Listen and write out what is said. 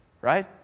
right